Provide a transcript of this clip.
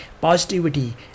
positivity